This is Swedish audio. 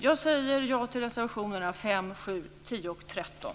Jag säger ja till reservationerna 5, 7, 10 och 13.